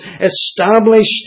established